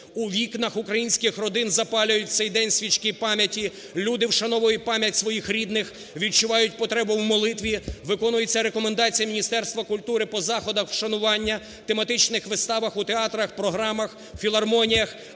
У вікнах українських родин запалюють в цей день свічки пам'яті, люди вшановують пам'ять своїх рідних, відчувають потребу в молитві, виконуються рекомендації Міністерства культури по заходах вшанування, тематичних виставах у театрах, програмах, філармоніях,